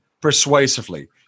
persuasively